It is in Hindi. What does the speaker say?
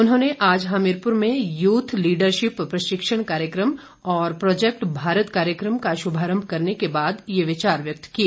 उन्होंने आज हमीरपुर में यूथ लीडरशिप प्रशिक्षण कार्यक्रम और प्रौजैक्ट भारत कार्यक्रम का श्भारंभ करने के बाद ये विचार व्यक्त किए